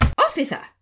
officer